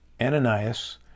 Ananias